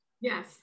Yes